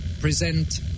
present